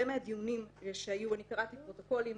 מהדיונים שהיו אני קראתי פרוטוקולים,